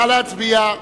נא להצביע.